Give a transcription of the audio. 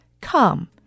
come